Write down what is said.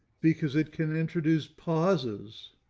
because it can introduce pauses